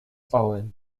own